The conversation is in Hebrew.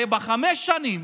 הרי בחמש שנים